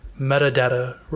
metadata